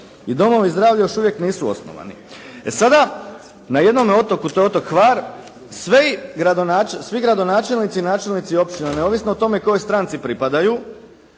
i domovi zdravlja još nisu osnovani. E sada, na jednome otoku, a to je otok Hvar svi gradonačelnici i načelnici općina, neovisno o tome kojoj stranci pripadaju,